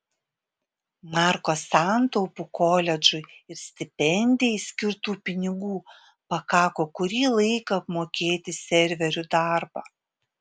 marko santaupų koledžui ir stipendijai skirtų pinigų pakako kurį laiką apmokėti serverių darbą